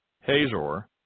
Hazor